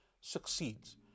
succeeds